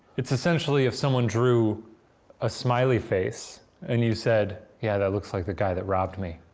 it's essentially if someone drew a smiley face and you said, yeah, that looks like the guy that robbed me.